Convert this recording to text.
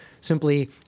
simply